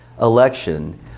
election